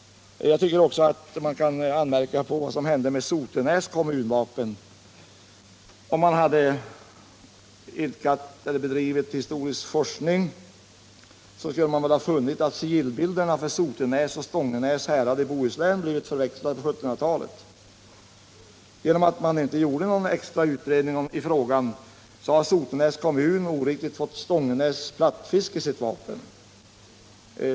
Jag kan också anmärka på vad som hänt med Sotenäs kommunvapen. Om man gjort sig besväret att bedriva någon historisk forskning, hade man funnit att sigillbilderna för Sotenäs och Stångenäs härad i Bohuslän blivit förväxlade på 1700-talet. Genom riksarkivets underlåtenhet att göra en utredning i frågan har Sotenäs kommun oriktigt fått Stångenäs plattfisk i sitt vapen.